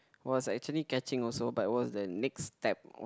was actually catching also but it was the next step of